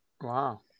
wow